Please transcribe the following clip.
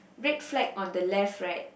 red flag on the left right